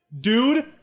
Dude